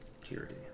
security